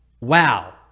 wow